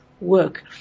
work